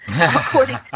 according